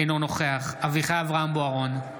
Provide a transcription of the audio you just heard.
אינו נוכח אביחי אברהם בוארון,